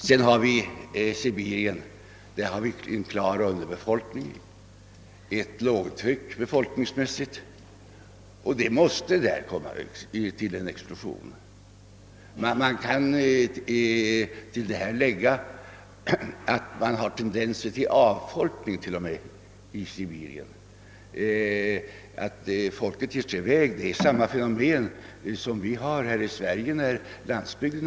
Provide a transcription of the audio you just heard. Mellan Sibirien och Kina — som .alltså representerar ett mycket starkt befolk ningshögtryck — måste det komma till en explosion. Härtill kan läggas att det i Sibirien till och med finns vissa avfolkningstendenser. Människor beger sig därifrån. Det är samma fenomen som vi i vårt land möter i flykten från landsbygden.